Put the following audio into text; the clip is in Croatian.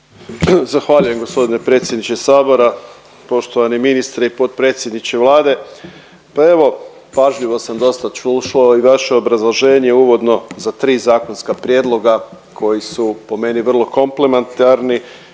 Zahvaljujem gospodine predsjedniče sabora. Poštovani ministre i potpredsjedniče Vlade, pa evo pažljivo sam dosta slušao i vaše obrazloženje uvodno za tri zakonska prijedloga koji su po meni vrlo komplementarni